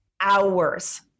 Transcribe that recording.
hours